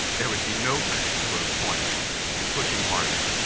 there would be no particular point to pushing harder.